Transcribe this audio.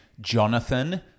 Jonathan